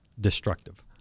destructive